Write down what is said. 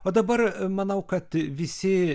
o dabar manau kad visi